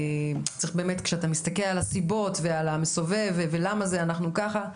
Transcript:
כשאתה מסתכל על הסיבות ועל המסובב ולמה אנחנו ככה,